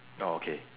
oh okay